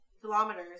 kilometers